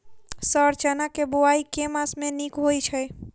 Sir चना केँ बोवाई केँ मास मे नीक होइ छैय?